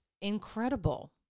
incredible